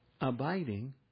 Abiding